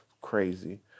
crazy